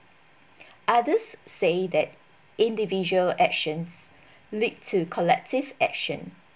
others say that individual actions lead to collective action